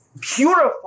purify